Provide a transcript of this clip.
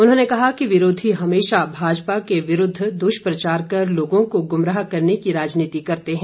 उन्होंने कहा कि विरोधी हमेशा भाजपा के विरूद्व दुष्प्रचार कर लोगों को गुमराह करने की राजनीति करते हैं